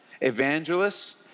evangelists